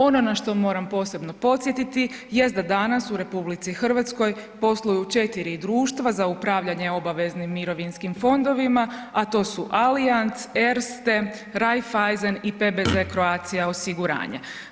Ono na što moram posebno podsjetiti jest da danas u RH posluju 4 društva za upravljanje obaveznim mirovinskim fondovima, a to su Allianz, Erste, Raiffeisen i PBZ Croatia osiguranje.